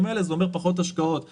האלה זה אומר פחות השקעות בתשתיות,